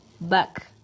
back